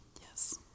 yes